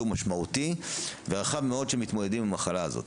משמעותי ורחב מאוד של מתמודדים עם המחלה הזאת.